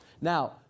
Now